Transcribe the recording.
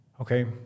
Okay